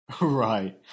Right